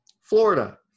Florida